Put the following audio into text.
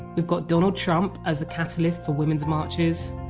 we've got donald trump as the catalyst for women's marches.